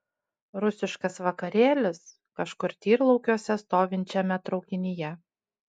rusiškas vakarėlis kažkur tyrlaukiuose stovinčiame traukinyje